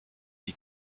die